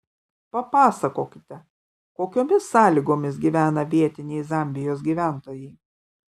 papasakokite kokiomis sąlygomis gyvena vietiniai zambijos gyventojai